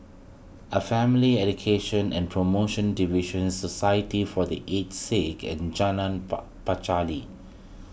a Family Education and Promotion Division Society for the Aged Sick and Jalan Pacheli